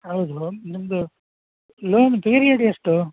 ಹೌದು ನಿಮ್ಮದು loan period ಎಷ್ಟು